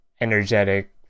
energetic